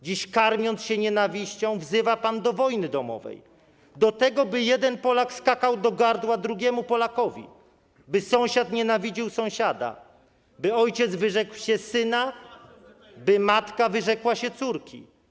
Dziś, karmiąc się nienawiścią, wzywa pan do wojny domowej, do tego, by jeden Polak skakał do gardła drugiemu Polakowi, by sąsiad nienawidził sąsiada, by ojciec wyrzekł się syna, by matka wyrzekła się córki.